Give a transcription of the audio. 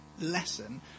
lesson